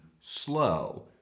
slow